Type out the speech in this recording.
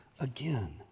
again